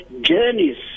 journeys